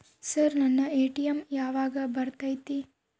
Sir ನನ್ನ ATM ಯಾವಾಗ ಬರತೈತಿ?